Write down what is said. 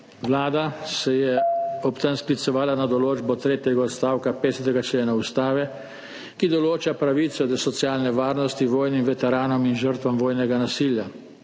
Vlada se je ob tem sklicevala na določbo tretjega odstavka 50. člena Ustave Republike Slovenije, ki določa pravico do socialne varnosti vojnim veteranom in žrtvam vojnega nasilja.